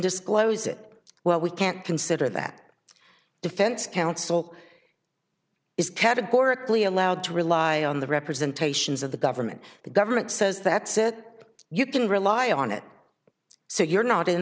disclose it well we can't consider that defense counsel is categorically allowed to rely on the representations of the government the government says that said you can rely on it so you're not in